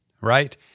right